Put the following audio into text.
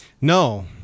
no